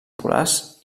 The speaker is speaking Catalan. polars